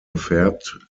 gefärbt